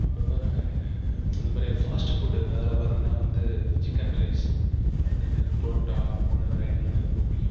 அப்புறமாக நான் அந்த மாதிரி ஃபாஸ்ட்டு ஃபுட்டு அதில் பார்த்திங்கன்னா வந்து சிக்கன் ரைஸ் அந்த மாதிரி புரோட்டா அந்த மாதிரி ஐட்டம்லாம் எனக்கு ரொம்ப பிடிக்கும்